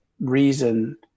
reason